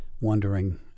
wondering